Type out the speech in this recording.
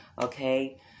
Okay